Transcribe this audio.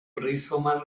rizomas